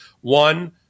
One